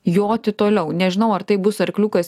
joti toliau nežinau ar tai bus arkliukas